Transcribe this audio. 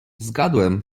zgadłem